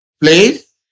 place